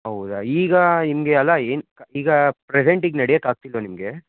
ಹೌದಾ ಈಗ ಏನು ಈಗ ಪ್ರೆಸೆಂಟ್ ಈಗ ನಡಿಯಕ್ಕೆ ಆಗ್ತಿಲ್ಲವಾ ನಿಮಗೆ